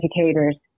educators